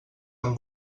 amb